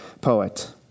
poet